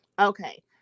Okay